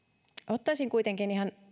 ottaisin kuitenkin esiin ihan